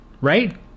right